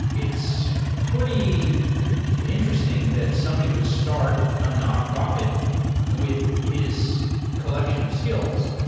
it's pretty interesting that somebody would start a nonprofit with his collection of skills.